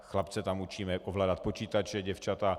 Chlapce tam učíme ovládat počítače, děvčata...